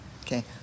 Okay